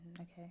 okay